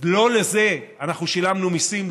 לא לזה שילמנו מיסים,